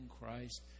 Christ